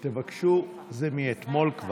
תבקשו, זה כבר מאתמול.